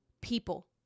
people